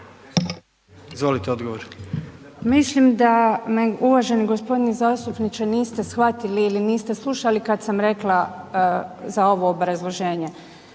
Koržinek, Nina** Mislim da me uvaženi g. zastupniče niste shvatili ili niste slušali kad sam rekla za ovo obrazloženje.